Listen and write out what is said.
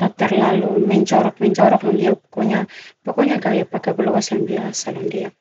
ta terlalu menjorok menjorok. Pokonya pokonya gaya pake baloas yang biasa londiak.